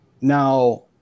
now